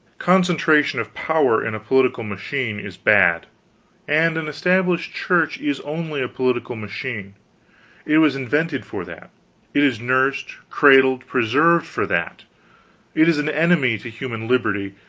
concentration of power in a political machine is bad and an established church is only a political machine it was invented for that it is nursed, cradled, preserved for that it is an enemy to human liberty,